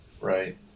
Right